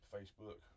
Facebook